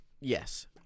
Yes